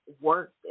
work